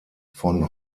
von